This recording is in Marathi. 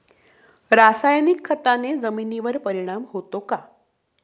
रासायनिक खताने जमिनीवर परिणाम होतो का?